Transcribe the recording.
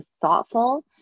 thoughtful